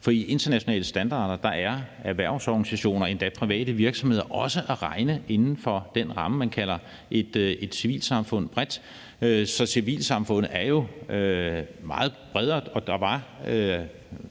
For ifølge internationale standarder er erhvervsorganisationer og endda private virksomheder også at regne inden for den ramme, man bredt kalder for et civilsamfund. Så civilsamfundet er jo meget bredere, og